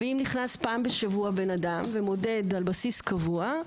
ואם נכנס פעם בשבוע אדם ומודד על בסיס קבוע,